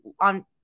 on